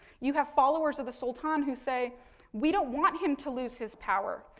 you have followers of the sultan who say we don't want him to lose his power.